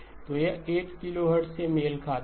तो यह 8 किलोहर्ट्ज़ से मेल खाता है